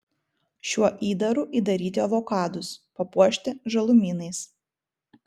šiuo įdaru įdaryti avokadus papuošti žalumynais